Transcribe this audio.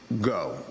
go